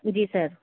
جی سر